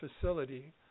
facility